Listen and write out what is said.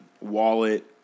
wallet